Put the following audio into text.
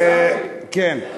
יש